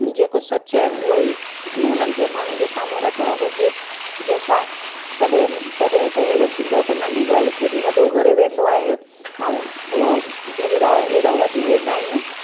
जेको सच आहे उहेई उन्हनि खे माण्हूनि जे साम्हूं रखिणो घुरिजे जंहिंंसां कॾहिं कॾहिं त अहिड़ो थींदो आहे नंढी ॻाल्हि खे बि वॾो करे वेंदो आहे ऐं उहो झगड़ा एॾा वधी वेंदा आहिनि